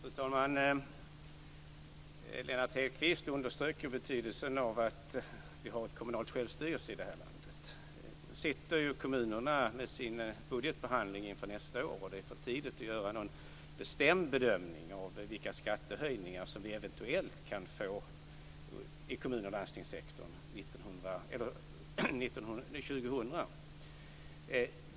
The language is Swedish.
Fru talman! Lennart Hedquist understryker betydelsen av att vi har kommunal självstyrelse i det här landet. Nu sitter kommunerna med sin budgetbehandling inför nästa år. Det är för tidigt att göra någon bestämd bedömning av vilka skattehöjningar som vi eventuellt kan få i kommun och landstingssektorn år 2000.